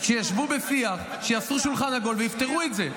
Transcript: שיישבו בשיח, שיעשו שולחן עגול ויפתרו את זה.